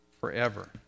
forever